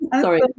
Sorry